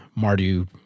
Mardu